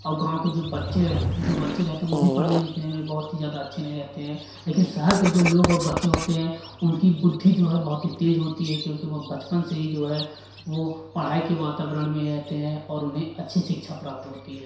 औ गाँव के जो बच्चे रह जो बच्चे रहते हैं वो भी पढ़ने लिखने में बहुत ही ज्यादा अच्छे नहीं रहते हैं लेकिन शहर के जो लोग और बच्चे होते हैं उनकी बुद्धि जो है बहुत ही तेज होती है क्योंकि वह बचपन से ही जो है वो पढ़ाई के वातावरण में ही रहते हैं और उन्हें अच्छी शिक्षा प्राप्त होती है